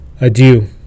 Adieu